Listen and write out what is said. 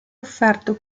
offerto